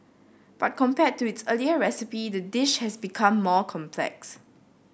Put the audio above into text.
but compared to its earlier recipe the dish has become more complex